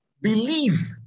believe